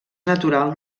natural